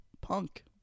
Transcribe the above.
punk